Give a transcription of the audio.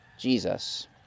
jesus